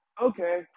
okay